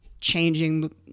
changing